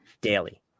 daily